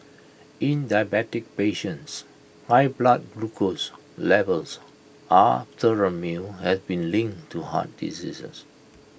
in diabetic patients high blood glucose levels after A meal has been linked to heart diseases